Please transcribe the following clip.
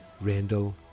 Randall